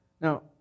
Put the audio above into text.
Now